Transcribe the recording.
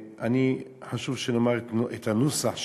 וחשוב שנאמר את הנוסח שלו.